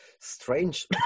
strange